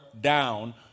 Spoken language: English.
down